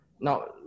Now